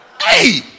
Hey